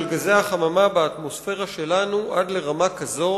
גזי החממה באטמוספירה שלנו עד לרמה כזו